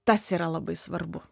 tas yra labai svarbu